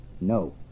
No